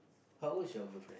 how old is your girlfriend